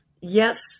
yes